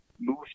move